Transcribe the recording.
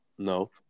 No